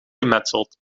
gemetseld